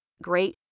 Great